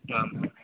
ആ